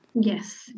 Yes